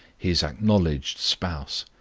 his acknowledged spouse,